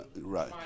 right